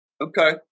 okay